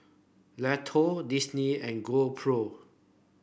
Lotto Disney and GoPro